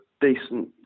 decent